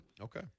okay